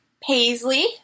Paisley